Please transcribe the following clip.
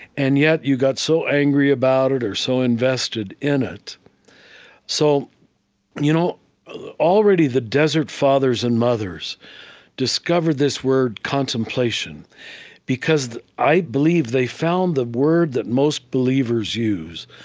and yet, you got so angry about it or so invested in it so you know already, the desert fathers and mothers discovered this word contemplation because i believe they found the word that most believers use,